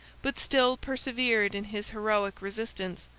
but still persevered in his heroic resistance,